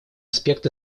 аспект